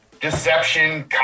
Deception